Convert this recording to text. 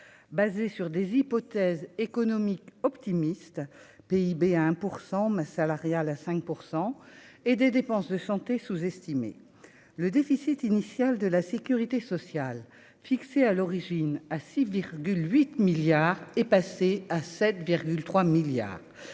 basé sur des hypothèses économiques optimistes PIB à 1 pour 100 masse salariale à 5 pour 100 et des dépenses de santé sous-estimer le déficit initial de la sécurité sociale fixé à l'origine à 6,8 milliards est passé à 7,3 milliards